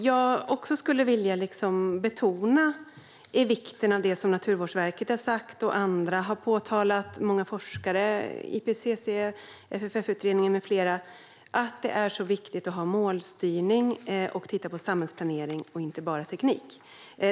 Jag skulle vilja betona vikten av det som Naturvårdsverket har sagt och som andra - många forskare, IPCC, FFF-utredningen med flera - har påpekat, nämligen att det är viktigt att ha målstyrning och titta på samhällsplanering, inte bara på teknik.